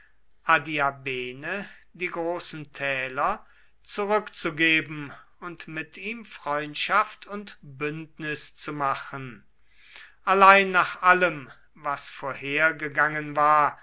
die großen täler zurückzugeben und mit ihm freundschaft und bündnis zu machen allein nach allem was vorhergegangen war